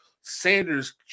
Sanders